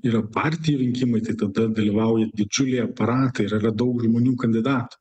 yra partijų rinkimai tai tada dalyvauja didžiuliai aparatai ir yra daug žmonių kandidatų